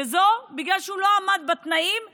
בגלל שהוא לא עמד בתנאים הבסיסיים: